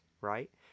right